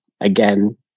again